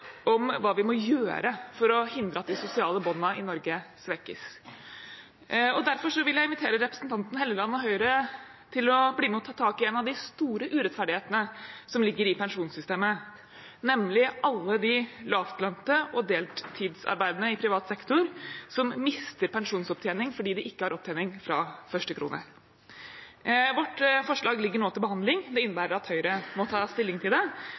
om hva vi må gjøre for å hindre at de sosiale båndene i Norge svekkes. Derfor vil jeg invitere representanten Helleland og Høyre til å bli med og ta tak i en av de store urettferdighetene som ligger i pensjonssystemet, nemlig alle de lavtlønte og deltidsarbeidende i privat sektor som mister pensjonsopptjening fordi de ikke har opptjening fra første krone. Vårt forslag ligger nå til behandling. Det innebærer at Høyre må ta stilling til det.